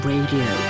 Radio